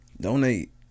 Donate